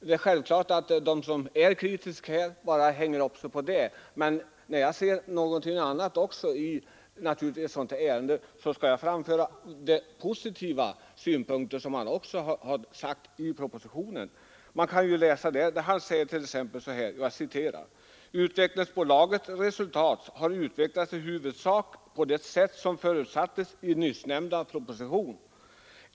Det är självklart att den som har en annan uppfattning bara hänger upp sig på det kritiska, men statsrådet framhåller också i propositionen t.ex. följande: ”Utvecklingsbolagets resultat har utvecklats i huvudsak på det sätt som föresattes i nyssnämnda proposition.